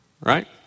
right